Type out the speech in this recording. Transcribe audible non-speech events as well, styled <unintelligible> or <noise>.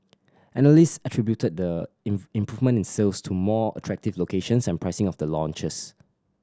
analyst attributed the <unintelligible> improvement in sales to more attractive locations and pricing of the launches